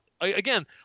again